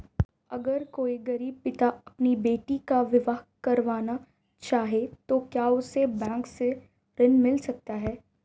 अगर कोई गरीब पिता अपनी बेटी का विवाह करना चाहे तो क्या उसे बैंक से ऋण मिल सकता है?